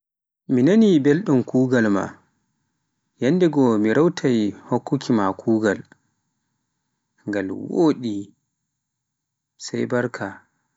Mi nani belɗum kugal e maa, yanndegoo ni rewtai hokkuma kugal, ngal woɗi sai barka.